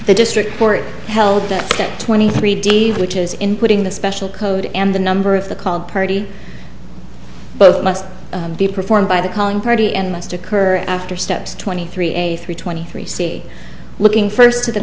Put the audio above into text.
the district court held that twenty three d which is inputting the special code and the number of the called party both must be performed by the calling party and must occur after steps twenty three eighty three twenty three c looking first to the